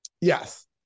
Yes